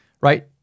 right